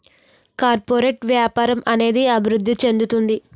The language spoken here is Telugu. కార్పొరేట్ వ్యాపారం అనేది అభివృద్ధి చెందుతుంది